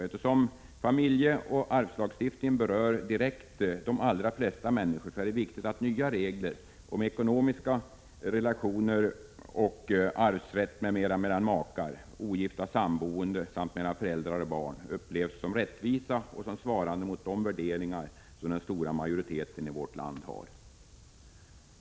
Eftersom familjeoch arvslagstiftningen direkt berör de allra flesta människor, är det viktigt att nya regler om arvsrätt och ekonomiska relationer mellan makar, ogifta samboende samt mellan föräldrar och barn upplevs som rättvisa och som svarande mot de värderingar som den stora majoriteten i vårt land har.